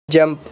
jump